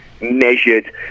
measured